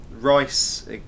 Rice